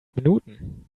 minuten